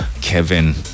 Kevin